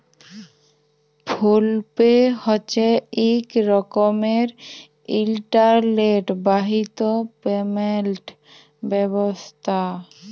ফোল pay হছে ইক রকমের ইলটারলেট বাহিত পেমেলট ব্যবস্থা